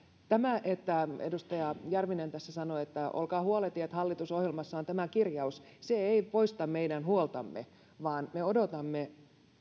edustaja järvinen tässä sanoi että olkaa huoleti hallitusohjelmassa on tämä kirjaus se ei poista meidän huoltamme vaan me odotamme